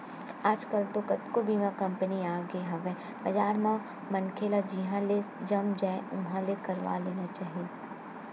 आजकल तो कतको बीमा कंपनी आगे हवय बजार म मनखे ल जिहाँ ले जम जाय उहाँ ले करवा लेना चाही